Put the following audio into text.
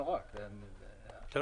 לא רק --- אני לדוגמה,